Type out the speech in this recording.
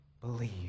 believe